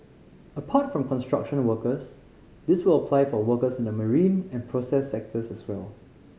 apart from construction workers this will apply for workers in the marine and process sectors as well